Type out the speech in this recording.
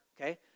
okay